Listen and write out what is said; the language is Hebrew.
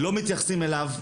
לא מתייחסים אליו,